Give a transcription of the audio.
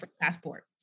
passport